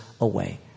away